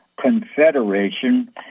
Confederation